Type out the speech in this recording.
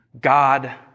God